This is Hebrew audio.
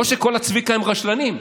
לא שכל הצביקה הם רשלנים,